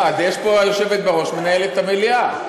היושבת בראש מנהלת את המליאה.